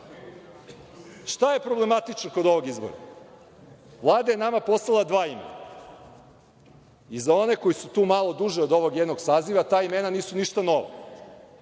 je problematično kod ovog izbora? Vlada je nama poslala dva imena. I, za one koji su tu malo duže od ovog jednog saziva, ta imena nisu ništa novo.